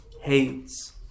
hates